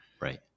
Right